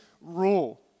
rule